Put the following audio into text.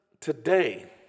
today